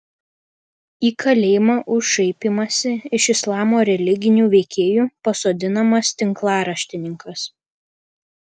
į kalėjimą už šaipymąsi iš islamo religinių veikėjų pasodinamas tinklaraštininkas